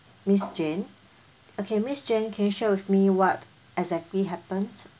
miss jane okay miss jane can you share with me what exactly happened